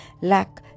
lack